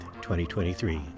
2023